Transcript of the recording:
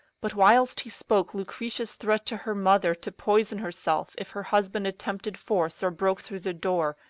but whilst he spoke lucretia's threat to her mother to poison herself if her husband attempted force or broke through the door,